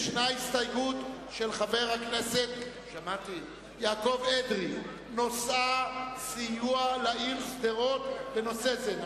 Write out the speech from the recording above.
יש הסתייגות של חבר הכנסת יעקב אדרי שנושאה סיוע לעיר שדרות בנושא זה.